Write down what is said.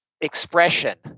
expression